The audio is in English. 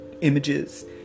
images